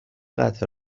قطع